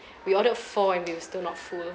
we ordered four and we were will still not full